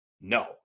No